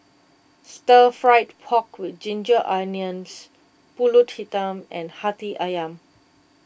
Stir Fried Pork with Ginger Onions Pulut Hitam and Hati Ayam